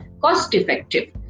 cost-effective